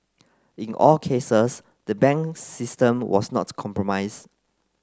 in all cases the banks system was not compromise